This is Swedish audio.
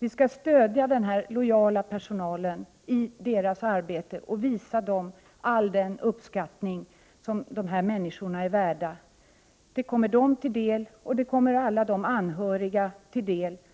Vi skall stödja den lojala personalen i dess arbete och visa all den uppskattning som dessa människor är värda. Det kommer dem till del, liksom alla anhöriga